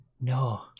No